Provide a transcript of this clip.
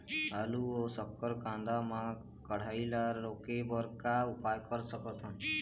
आलू अऊ शक्कर कांदा मा कढ़ाई ला रोके बर का उपाय कर सकथन?